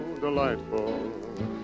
delightful